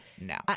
No